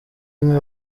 umwe